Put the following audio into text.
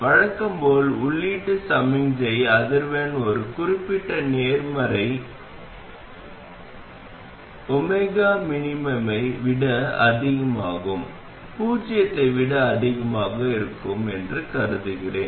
வழக்கம் போல் உள்ளீட்டு சமிக்ஞை அதிர்வெண் ஒரு குறிப்பிட்ட நேர்மறை 𝜔min ஐ விட அதிகமாகவும் பூஜ்ஜியத்தை விட அதிகமாகவும் இருக்கும் என்று கருதுகிறேன்